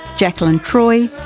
jakelin troy,